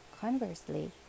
Conversely